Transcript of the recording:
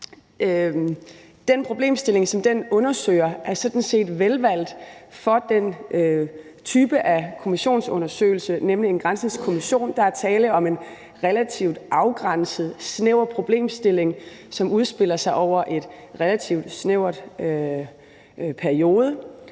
Den problemstilling, som den undersøger, er sådan set velvalgt for den type af kommissionsundersøgelse, nemlig en granskningskommission. Der er tale om en relativt afgrænset, snæver problemstilling, som udspiller sig over en relativt afgrænset periode.